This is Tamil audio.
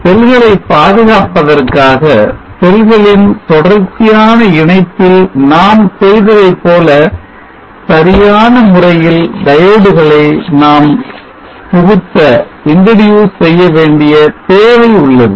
செல்களை பாதுகாப்பதற்காக செல்களின் தொடர்ச்சியான இணைப்பில் நாம் செய்ததைப்போல சரியான முறையில் diode களை நாம் புகுத்த வேண்டிய தேவை உள்ளது